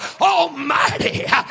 Almighty